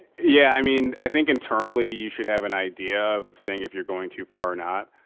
yeah, i mean, i think internally you should have an idea of saying if you're going too far or not.